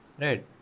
Right